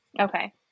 okay